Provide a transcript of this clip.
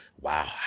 wow